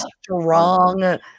strong